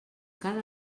cada